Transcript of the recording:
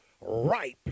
ripe